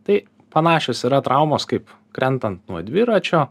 tai panašios yra traumos kaip krentant nuo dviračio